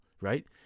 Right